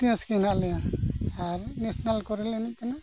fitness ᱜᱮ ᱢᱮᱱᱟᱜ ᱞᱮᱭᱟ ᱟᱨ ᱱᱮᱥᱱᱮᱞ ᱠᱚᱨᱮ ᱞᱮ ᱮᱱᱮᱡ ᱠᱟᱱᱟ